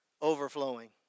overflowing